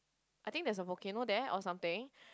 I think there is a volcano there or something